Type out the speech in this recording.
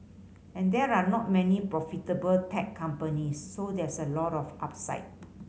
and there are not many profitable tech companies so there's a lot of upside